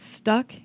stuck